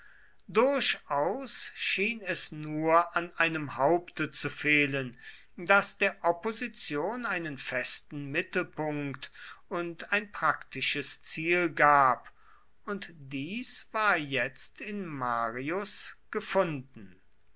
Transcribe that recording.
durchaus schien es nur an einem haupte zu fehlen das der opposition einen festen mittelpunkt und ein praktisches ziel gab und dies war jetzt in marius gefunden